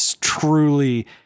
truly